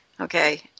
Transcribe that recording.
okay